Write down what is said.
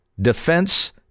Defense